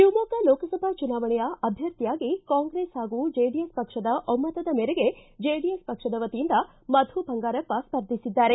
ಶಿವಮೊಗ್ಗ ಲೋಕಸಭಾ ಚುನಾವಣೆಯ ಅಭ್ಯರ್ಥಿಯಾಗಿ ಕಾಂಗ್ರೆಸ್ ಪಾಗೂ ಜೆಡಿಎಸ್ ಪಕ್ಷದ ಒಮ್ತದ ಮೇರೆಗೆ ಜೆಡಿಎಸ್ ಪಕ್ಷದ ವತಿಯಿಂದ ಮಧು ಬಂಗಾರಪ್ಪ ಸ್ಪರ್ಧಿಸಿದ್ದಾರೆ